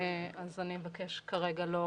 אז אני אבקש כרגע לא